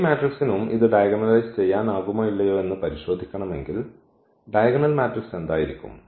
ഈ മാട്രിക്സിനും ഇത് ഡയഗണലൈസ് ചെയ്യാനാകുമോ ഇല്ലയോ എന്ന് പരിശോധിക്കണമെങ്കിൽ ഡയഗണൽ മാട്രിക്സ് എന്തായിരിക്കും